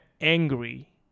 angry